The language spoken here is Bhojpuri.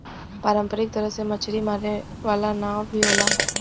पारंपरिक तरह से मछरी मारे वाला नाव भी होला